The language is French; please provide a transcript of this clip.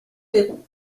verrous